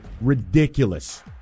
ridiculous